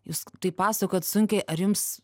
jūs taip pasakojat sunkiai ar jums